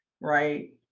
right